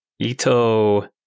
Ito